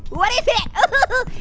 what is it? ooh,